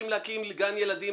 אם הם צריכים להקים גן ילדים,